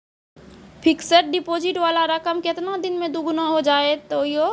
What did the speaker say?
Fixed deposit वाला रकम केतना दिन मे दुगूना हो जाएत यो?